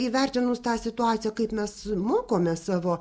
įvertinus tą situaciją kaip mes mokome savo